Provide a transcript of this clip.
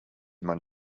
man